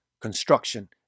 construction